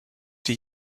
die